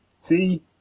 See